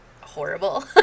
horrible